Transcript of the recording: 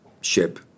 ship